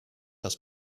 das